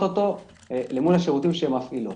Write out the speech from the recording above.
אותו למול השירותים שהן מפעילות.